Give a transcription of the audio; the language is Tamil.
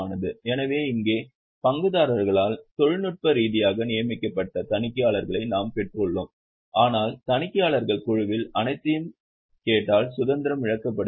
எனவே இங்கே பங்குதாரர்களால் தொழில்நுட்ப ரீதியாக நியமிக்கப்பட்ட தணிக்கையாளர்களை நாம் பெற்றுள்ளோம் ஆனால் தணிக்கையாளர்கள் குழுவின் அனைத்தையும் கேட்டால் சுதந்திரம் இழக்கப்படுகிறது